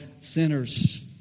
sinners